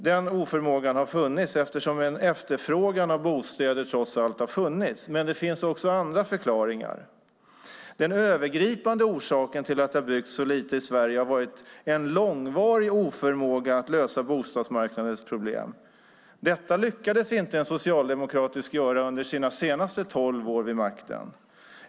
Den oförmågan har funnits, eftersom en efterfrågan av bostäder trots allt har funnits. Men det finns också andra förklaringar. Den övergripande orsaken till att det har byggts så lite i Sverige har varit en långvarig oförmåga att lösa bostadsmarknadens problem. Detta lyckades inte Socialdemokraterna göra under sina senaste tolv år vid makten.